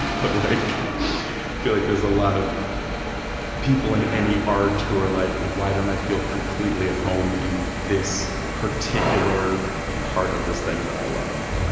but like, i feel like there's a lot of people in any art who are like, why don't i feel completely at home in this particular part of this thing that i love,